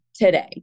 today